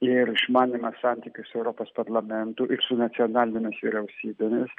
ir išmanymas santykių su europos parlamentu ir su nacionalinėmis vyriausybėmis